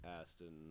Aston